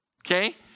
Okay